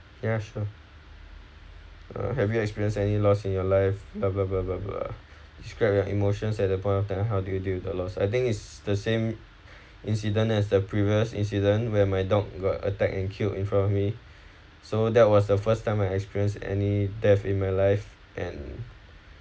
ya sure uh have you experienced any lost in your life bla bla bla bla bla describe your emotions at the point of time you how do you deal with the loss I think is the same incident as the previous incident where my dog got attacked and killed in front of me so that was the first time I experience any death in my life and